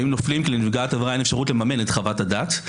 לפעמים נופלים כי לנפגעת העבירה אין אפשרות לממן את חוות הדעת.